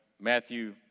Matthew